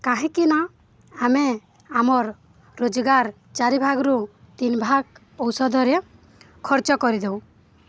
କାହିଁକିନା ଆମେ ଆମର୍ ରୋଜଗାର ଚାରିଭାଗରୁ ତିନି ଭାଗ ଔଷଧରେ ଖର୍ଚ୍ଚ କରିଦଉ